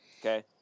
okay